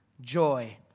joy